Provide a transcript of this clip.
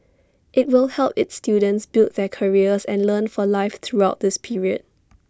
IT will help its students build their careers and learn for life throughout this period